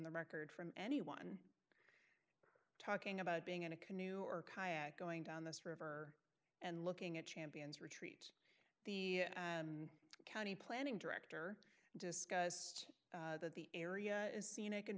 the record from anyone talking about being in a canoe or kayak going down this river and looking at champions rick the county planning director discussed that the area is scenic and